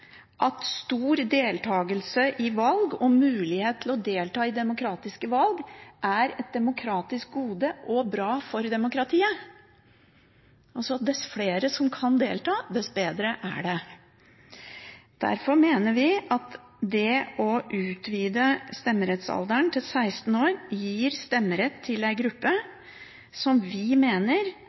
at stor deltakelse i valg og mulighet til å delta i demokratiske valg er et demokratisk gode og bra for demokratiet. Dess flere som kan delta, dess bedre er det. Derfor mener vi at det å utvide stemmerettsalderen til 16 år gir stemmerett til en gruppe som